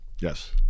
Yes